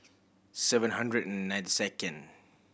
seven hundred and ninety second